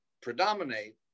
predominate